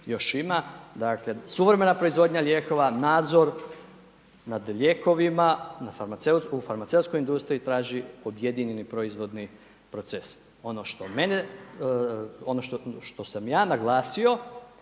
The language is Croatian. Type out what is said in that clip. još ima. Dakle suvremena proizvodnja lijekova, nadzor, nad lijekovima, u farmaceutskoj industriji, traži objedinjeni proizvodni proces. Ono što mene,